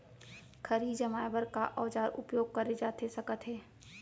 खरही जमाए बर का औजार उपयोग करे जाथे सकत हे?